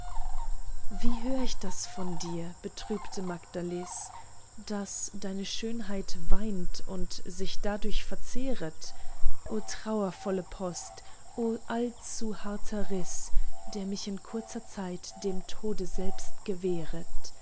wie hör ich das von dir betrübte magdalis daß deine schönheit weint und sich dadurch verzehret o trauervolle post o allzu harter riß der mich in kurzer zeit dem tode selbst gewähret